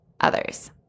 others